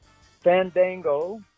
Fandango